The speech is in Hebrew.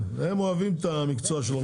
הם אוהבים את מקצוע הרוקחות.